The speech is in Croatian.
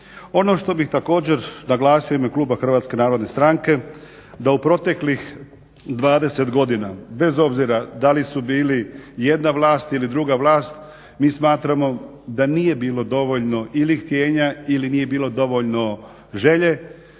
Ono što bih također naglasio u ime kluba HNS-a, da u proteklih 20 godina bez obzira da li su bili jedna vlast ili druga vlast mi smatramo da nije bilo dovoljno ili htijenja ili nije bilo dovoljno želje